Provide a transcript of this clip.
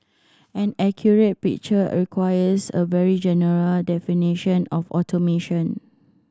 an accurate picture requires a very general definition of automation